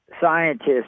scientists